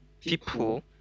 people